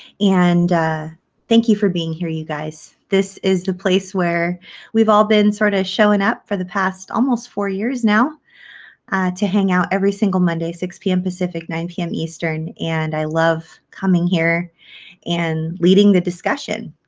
and thank you for being here you guys. this is the place where we've all been sort of showing up for the past almost four years now to hang out every single monday six pm pacific nine pm eastern and i love coming here and leading the discussion.